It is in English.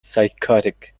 psychotic